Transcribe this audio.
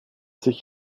sich